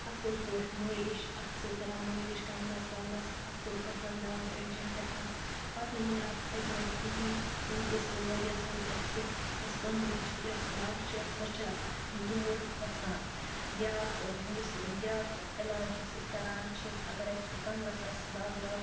اصٕل پٲٹھۍ مٲلِش اَتھہٕ سۭتۍ کَران مٲلِش کَمرَس وَمرَس اصٕل پٲٹھۍ رَگڑاوان أڑۍ جیٚن پٮ۪ٹھن پَتہٕ نہٕ نیران ژھَٹہِ وَٹہِ کِہیٖنۍ ییٚمہِ کِس وجہ سۭتۍ اسہِ یۄس کَمرٕچۍ یۄس دَگ چھِ سۄ چھِ دوٗر گَژھان بیٛاکھ ٲں یُس بیٛاکھ ٲں علاج یُس أسۍ کَران چھِ اگر اسہِ کَمرَس آسہِ دَگ وَگ